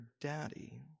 daddy